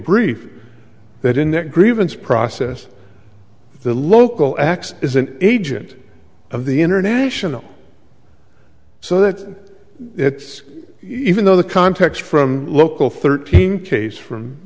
brief that in that grievance process the local x is an agent of the international so that it's even though the context from local thirteen case from